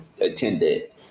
attended